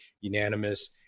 Unanimous